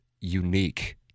unique